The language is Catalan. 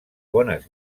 bones